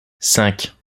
cinq